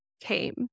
came